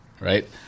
Right